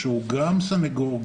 שהוא גם סנגור,